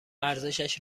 ارزشش